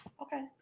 Okay